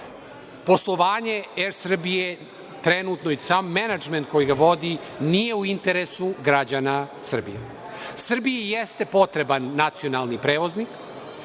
Poslovanje „ER Srbije“, trenutno, i sam menadžment koji ga vodi, nije u interesu građana Srbije. Srbiji jeste potreban nacionalni prevoznik.